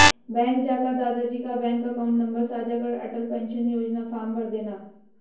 bank जाकर दादा जी का बैंक अकाउंट नंबर साझा कर अटल पेंशन योजना फॉर्म भरदेना